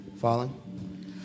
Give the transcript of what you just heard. Falling